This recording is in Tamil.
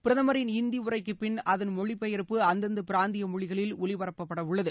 பிரதமரின் இந்தி உரைக்கு பின் அதன் மொழி பெயர்ப்பு அந்தந்த பிராந்திய மொழிகளில் ஒலிபரப்பப்படவுள்ளது